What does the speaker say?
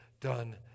done